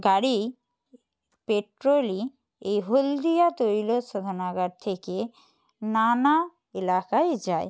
গাড়িই পেট্রোলই এই হলদিয়া তৈল শোধনাগার থেকে নানা এলাকায় যায়